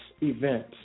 Events